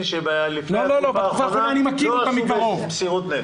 שלפני התקופה האחרונה לא עשו מסירות נפש.